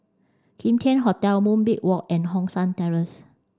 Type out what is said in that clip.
Kim Tian Hotel Moonbeam Walk and Hong San Terrace